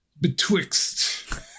betwixt